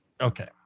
Okay